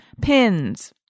pins